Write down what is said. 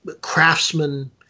craftsmen